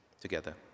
together